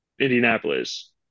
Indianapolis